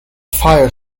fire